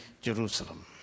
Jerusalem